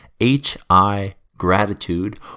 hiGratitude